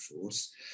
Force